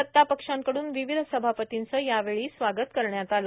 सत्तापक्ष कड़ंन विविध सभापतिंचे यावेळी स्वागत करण्यात आले